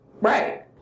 Right